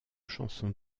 chansons